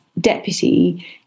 deputy